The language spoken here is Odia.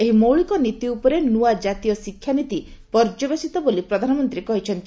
ଏହି ମୌଳିକ ନୀତି ଉପରେ ନୂଆ ଜାତୀୟ ଶିକ୍ଷାନୀତି ପର୍ଯ୍ୟବେସିତ ବୋଲି ପ୍ରଧାନମନ୍ତ୍ରୀ କହିଛନ୍ତି